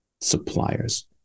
suppliers